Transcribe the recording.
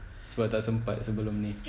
sebab tak sempat sebelum ni